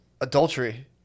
adultery